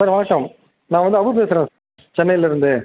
sir நான் வந்து அபு பேசுறேன் சென்னையிலிருந்து